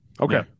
Okay